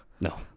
no